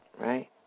Right